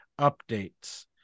updates